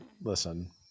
listen